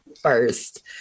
first